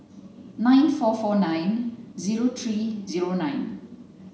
nine four four nine zero three zero nine